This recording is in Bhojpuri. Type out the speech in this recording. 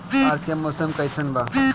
आज के मौसम कइसन बा?